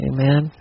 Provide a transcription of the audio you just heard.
Amen